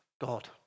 God